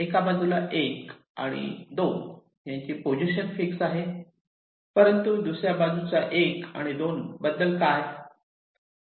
एका बाजूला 1 आणि 2 यांची पोझिशन फिक्स आहे परंतु दुसऱ्या बाजूच्या 1 आणि 2 बद्दल काय